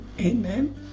Amen